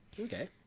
Okay